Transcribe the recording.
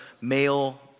male